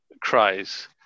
cries